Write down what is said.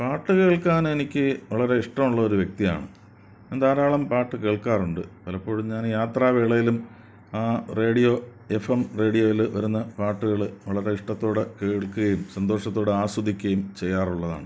പാട്ട് കേൾക്കാൻ എനിക്ക് വളരെ ഇഷ്ടമുള്ള ഒരു വ്യക്തിയാണ് ഞാൻ ധാരാളം പാട്ട് കേൾക്കാറുണ്ട് പലപ്പോഴും ഞാൻ ഈ യാത്രാവേളയിലും റേഡിയോ എഫ് എം റേഡിയോയിൽ വരുന്ന പാട്ടുകൾ വളരെ ഇഷ്ടത്തോടെ കേൾക്കുകയും സന്തോഷത്തോടെ ആസ്വദിക്കുകയും ചെയ്യാറുള്ളതാണ്